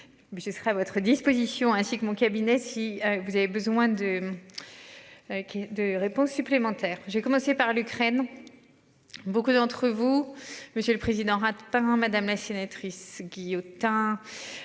Je serais à votre disposition ainsi que mon cabinet. Si vous avez besoin de. Qui de réponses supplémentaires. J'ai commencé par l'Ukraine. Beaucoup d'entre vous. Monsieur le Président rate pas madame la sénatrice Guillotin.